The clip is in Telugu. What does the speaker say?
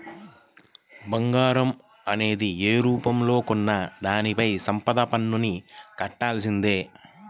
బంగారం అనేది యే రూపంలో కొన్నా దానిపైన సంపద పన్నుని కట్టాల్సిందే